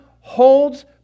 holds